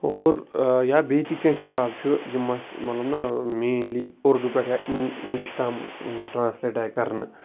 اور یا بیٚیہِ تہِ کینٛہہ کِتاب چھُ یِم اَسہِ مطلب نا مینلی اُردوٗ پٮ۪ٹھ یا اِنٛگلِش تام ٹرٛانسلیٹ آے کَرنہٕ